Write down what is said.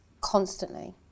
constantly